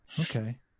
Okay